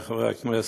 חברי חברי הכנסת,